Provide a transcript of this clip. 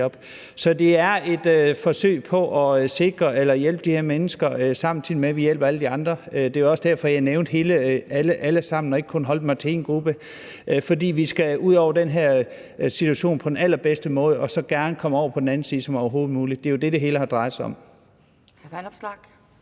Så det er et forsøg på at sikre eller hjælpe de her mennesker, samtidig med at vi hjælper alle de andre. Det var også derfor, jeg nævnte alle sammen og ikke kun holdt mig til én gruppe, for vi skal ud over den her situation på den allerbedste måde og så gerne komme over på den anden side så godt som overhovedet muligt – det er jo det, det hele drejer sig om.